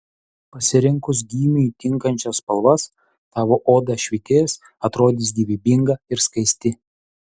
pasirinkus gymiui tinkančias spalvas tavo oda švytės atrodys gyvybinga ir skaisti